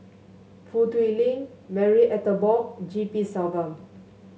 Foo Tui Liew Marie Ethel Bong G P Selvam